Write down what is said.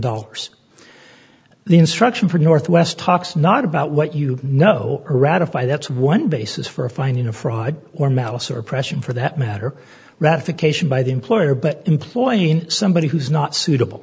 dollars the instruction for northwest talks not about what you know or ratify that's one basis for a finding of fraud or malice or oppression for that matter ratification by the employer but employing somebody who's not suitable